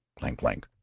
clank! clank!